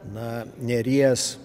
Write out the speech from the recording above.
na neries